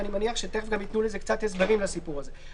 ואני מניח שתיכף גם ייתנו קצת הסברים לסיפור הזה.